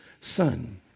son